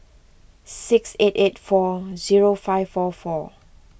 six eight eight four zero five four four